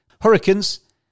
Hurricanes